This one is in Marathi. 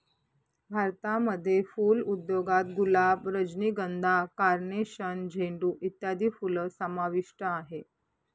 भारतामध्ये फुल उद्योगात गुलाब, रजनीगंधा, कार्नेशन, झेंडू इत्यादी फुलं समाविष्ट आहेत